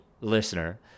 listener